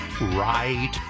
right